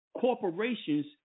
Corporations